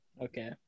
Okay